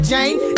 Jane